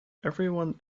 everyone